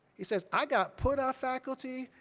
he says, i got put on faculty,